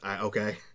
Okay